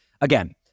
Again